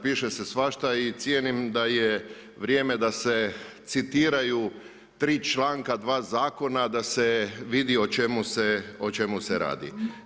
Piše se svašta i cijenim da je vrijeme da se citiraju tri članka dva zakona, da se vidi o čemu se radi.